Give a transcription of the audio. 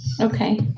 Okay